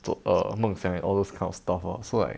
err 梦想 and all those kind of stuff ah so like